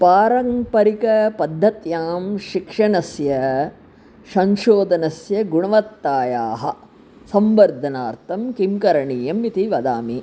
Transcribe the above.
पारम्परिकपद्धत्यां शिक्षणस्य संशोधनस्य गुणवत्तायाः संवर्धनार्थं किं करणीयम् इति वदामि